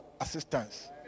assistance